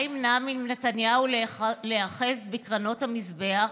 מה ימנע מנתניהו להיאחז בקרנות המזבח